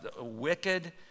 Wicked